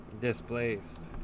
Displaced